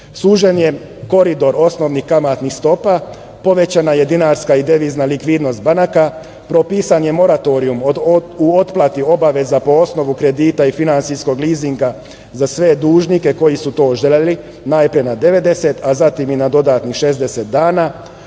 sužen je koridor osnovnih kamatnih stopa, povećana je dinarska i devizna likvidnost banaka, propisan je moratorijum u otpati obaveza po osnovu kredita i finansijskog lizinga za sve dužnike koji su to želeli najpre na 90, a zatim i na dodatnih 60 dana,